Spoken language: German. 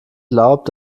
glaubt